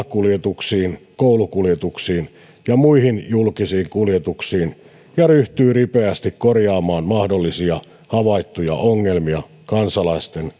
kuljetuksiin koulukuljetuksiin ja muihin julkisiin kuljetuksiin ja ryhtyy ripeästi korjaamaan mahdollisia havaittuja ongelmia kansalaisten